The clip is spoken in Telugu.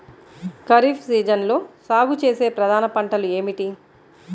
ఖరీఫ్ సీజన్లో సాగుచేసే ప్రధాన పంటలు ఏమిటీ?